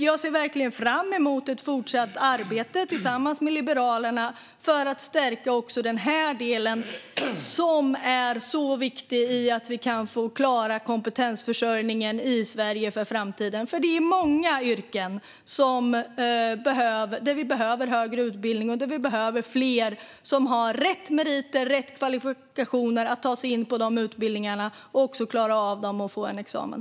Jag ser verkligen fram emot ett fortsatt arbete tillsammans med Liberalerna för att stärka denna del, som är viktig för att vi ska klara kompetensförsörjningen i Sverige för framtiden. Det finns många yrken där vi behöver högre utbildning och fler som har rätt meriter och kvalifikationer att ta sig in på utbildningarna och som också klarar av att få en examen.